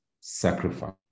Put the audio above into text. sacrifice